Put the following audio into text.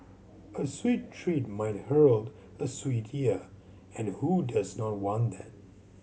a sweet treat might herald a sweet year and who does not want that